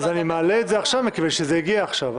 אני מעלה את זה עכשיו מכיוון שזה הגיע עכשיו.